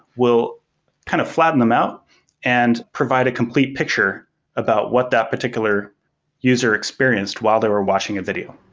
we'll kind of flatten them out and provide a complete picture about what that particular user experienced while they were watching a video.